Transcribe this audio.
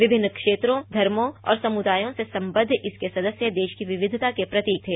विभिन्न क्षेत्रों धर्मों और समुदायों से सम्बद्ध इसके सदस्य देश की विविधता के प्रतीक थे